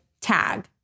tag